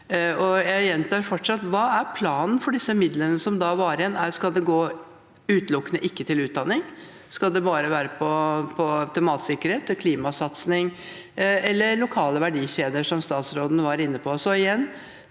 jeg gjentar fortsatt: Hva er planen for disse midlene som var igjen? Skal de utelukkende ikke gå til utdanning? Skal de bare være til matsikkerhet, klimasatsing eller til lokale verdikjeder, som statsråden var inne på?